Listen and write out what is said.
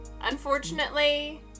unfortunately